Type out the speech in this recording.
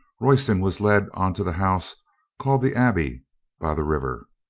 royston was led on to the house called the abbey by the river.